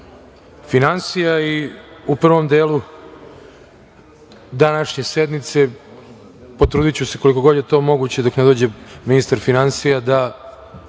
finansija, i u prvom delu današnje sednice, potrudiću se koliko god je to moguće dok ne dođe ministar finansija, da